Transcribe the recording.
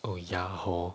oh ya hor